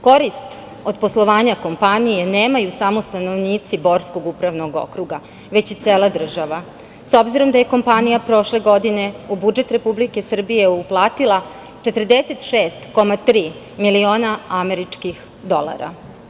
Korist od poslovanja kompanija nemaju samo stanovnici Borskog upravnog okruga, već i cela država, s obzirom na to da je kompanija prošle godine u budžet Republike Srbije uplatila 46,3 miliona američkih dolara.